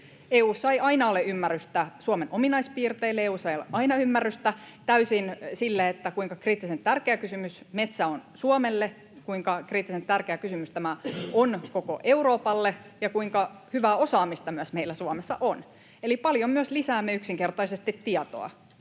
EU:ssa ei aina ole ymmärrystä Suomen ominaispiirteille. EU:ssa ei ole aina täysin ymmärrystä sille, kuinka kriittisen tärkeä kysymys metsä on Suomelle, kuinka kriittisen tärkeä kysymys tämä on koko Euroopalle ja kuinka hyvää osaamista myös meillä Suomessa on. Eli paljon myös yksinkertaisesti lisäämme